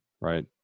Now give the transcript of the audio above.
Right